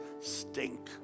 stink